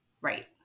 Right